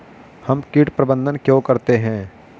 हम कीट प्रबंधन क्यों करते हैं?